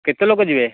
କେତେ ଲୋକ ଯିବେ